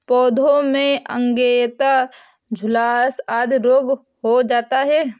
पौधों में अंगैयता, झुलसा आदि रोग हो जाता है